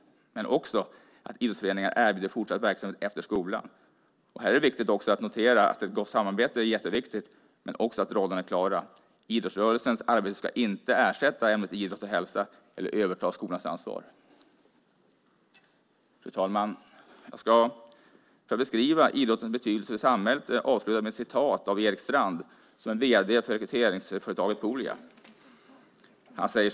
Men idrottsföreningarna ska också erbjuda fortsatt verksamhet efter skolan. Här är det värt att notera att ett gott samarbete är viktigt men också att rollerna är klara. Idrottsrörelsens arbete ska inte ersätta ämnet idrott och hälsa eller överta skolans ansvar. Fru talman! För att beskriva idrottens betydelse i samhället ska jag avsluta med att framhålla vad Erik Strand, vd för rekryteringsföretaget Poolia, har sagt.